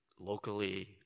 locally